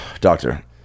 doctor